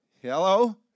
Hello